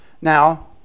Now